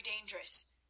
dangerous